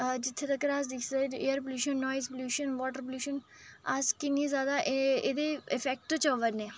जि'त्थें तगर अस दिक्खी सकदे air pollution noise pollution water pollution अस कि'न्नी जादा एह् एह्दे इफेक्ट च आवा ने आं